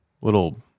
Little